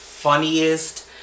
funniest